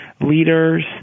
leaders